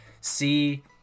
see